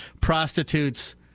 Prostitutes